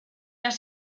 has